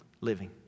living